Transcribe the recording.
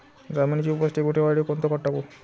जमिनीची उपज टिकून ठेवासाठी कोनचं खत टाकू?